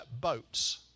boats